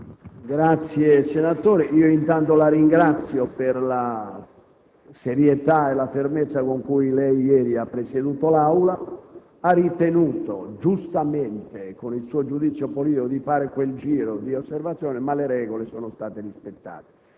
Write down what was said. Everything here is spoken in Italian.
ringrazio, senatore Calderoli, per la serietà e la fermezza con cui ieri ha presieduto l'Aula. Ha ritenuto, giustamente, con il suo giudizio politico, di fare quel giro di osservazioni, ma le regole sono state rispettate.